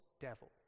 devil